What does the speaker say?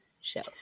show